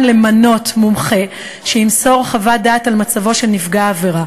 למנות מומחה שימסור חוות דעת על מצבו של נפגע העבירה.